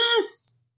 Yes